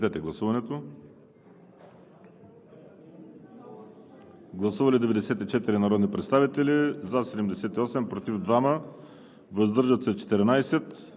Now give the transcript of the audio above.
Гласували 102 народни представители: за 84, против 4, въздържали се 14.